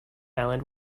island